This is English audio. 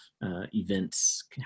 events